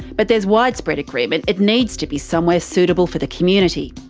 but there's widespread agreement it needs to be somewhere suitable for the community.